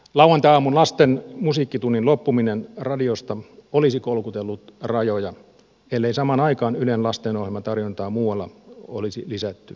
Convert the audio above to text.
lauantaiaamun lasten musiikkitunnin loppuminen radiosta olisi kolkutellut rajoja ellei samaan aikaan ylen lastenohjelmatarjontaa muualla olisi lisätty